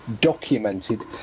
documented